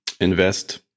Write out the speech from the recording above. invest